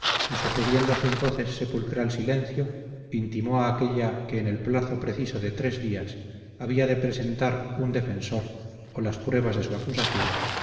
y sucediendo a sus voces sepulcral silencio intimó a aquélla que en el plazo preciso de tres días había de presentar un defensor o las pruebas de su acusación